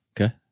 Okay